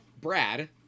Brad